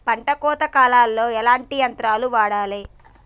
పంట కోత కాలాల్లో ఎట్లాంటి యంత్రాలు వాడాలే?